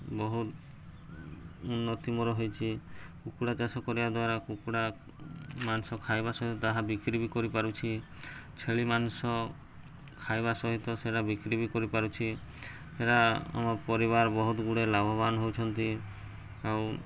ବହୁତ ଉନ୍ନତି ମୋର ହୋଇଛି କୁକୁଡ଼ା ଚାଷ କରିବା ଦ୍ୱାରା କୁକୁଡ଼ା ମାଂସ ଖାଇବା ସହିତ ତାହା ବିକ୍ରି ବି କରିପାରୁଛି ଛେଳି ମାଂସ ଖାଇବା ସହିତ ସେଇଟା ବିକ୍ରି ବି କରିପାରୁଛି ସେଇଟା ଆମର ପରିବାର ବହୁତ ଗୁଡ଼ାଏ ଲାଭବାନ ହେଉଛନ୍ତି ଆଉ